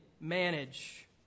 manage